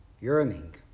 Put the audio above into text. yearning